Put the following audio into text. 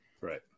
right